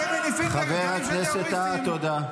--- חבר הכנסת טאהא, תודה.